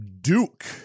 Duke